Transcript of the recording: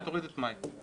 היא תוריד את מאי.